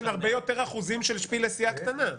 הוא נותן הרבה יותר אחוזים של שפיל לסיעה קטנה.